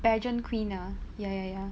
pageant queen ah ya ya ya